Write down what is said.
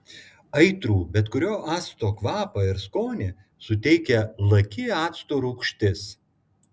aitrų bet kurio acto kvapą ir skonį suteikia laki acto rūgštis